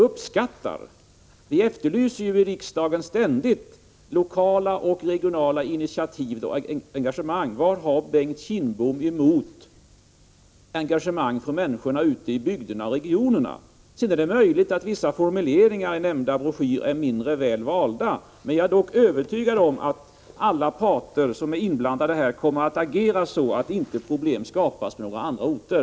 Här i kammaren efterlyser vi ju ständigt lokala och regionala initiativ och engagemang. Jag frågar därför: Vad har Bengt Kindbom emot det engagemang som människorna ute i bygderna och regionerna visar? Det är möjligt att vissa formuleringar i nämnda broschyr är mindre väl valda. Jag är dock övertygad om att alla inblandade parter kommer att agera så, att problem inte skapas på några andra orter.